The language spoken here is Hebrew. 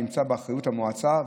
נמצא באחריות המועצה,